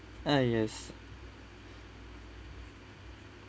ah yes